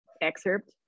excerpt